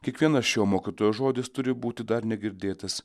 kiekvienas šio mokytojo žodis turi būti dar negirdėtas